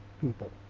people